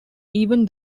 even